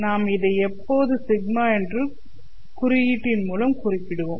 நாம் இதை எப்போதும் σ என்ற குறியீட்டின் மூலம் குறிப்பிடுவோம்